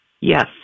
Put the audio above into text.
Yes